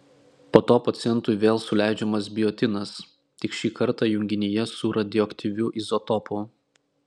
po to pacientui vėl suleidžiamas biotinas tik šį kartą junginyje su radioaktyviu izotopu